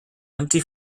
empty